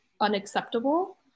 unacceptable